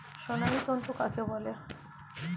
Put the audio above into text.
সোনালী তন্তু কাকে বলে?